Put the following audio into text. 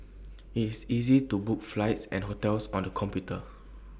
IT is easy to book flights and hotels on the computer